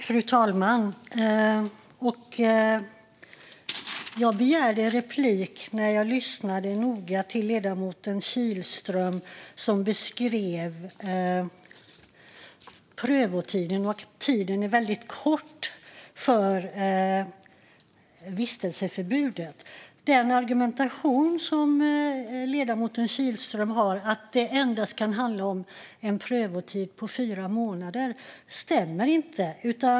Fru talman! Jag begärde replik när jag lyssnade noga på ledamoten Kihlström, som beskrev prövotiden för ett straff och att den efterkommande tiden för vistelseförbudet är kort. Ledamoten Kihlström argumenterar att det endast kan handla om en prövotid på fyra månader, men det stämmer inte.